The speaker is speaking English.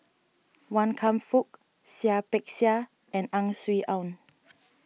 Wan Kam Fook Seah Peck Seah and Ang Swee Aun